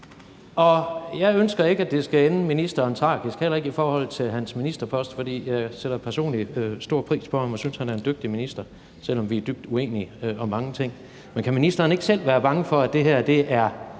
Jeg ønsker ikke, at det skal ende tragisk for ministeren, heller ikke i forhold til hans ministerpost, for jeg sætter personligt stor pris på ham og synes, han er en dygtig minister, selv om vi er dybt uenige om mange ting. Men kan ministeren ikke selv være bange for, at det er